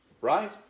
right